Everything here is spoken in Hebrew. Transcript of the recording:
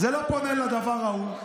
אומנם זה לא פונה לדבר ההוא.